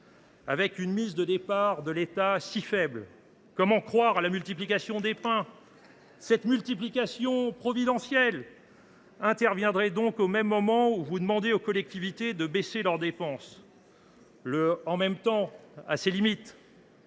Avec une mise de départ de l’État si faible,… Historique !… comment croire à la multiplication des pains ? Cette multiplication providentielle interviendrait donc au même moment où vous demandez aux collectivités de baisser leurs dépenses. Le « en même temps » a ses limites…